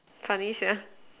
funny Sia